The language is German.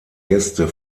gäste